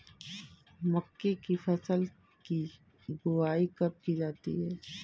मक्के की फसल की बुआई कब की जाती है?